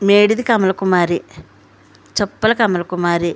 మేడిది కమల కుమారి చప్పల కమల కుమారి